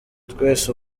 twese